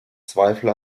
zweifel